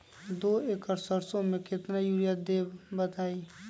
दो एकड़ सरसो म केतना यूरिया देब बताई?